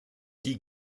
die